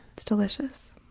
it's delicious.